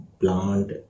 plant